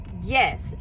yes